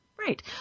Right